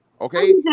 okay